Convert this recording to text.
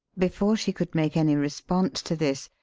before she could make any response to this,